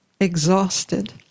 exhausted